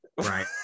Right